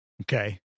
okay